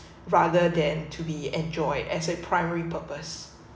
rather than to be enjoyed as a primary purpose